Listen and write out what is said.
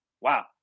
Wow